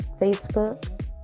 Facebook